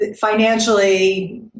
financially